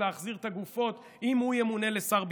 להחזיר את הגופות אם הוא ימונה לשר הביטחון.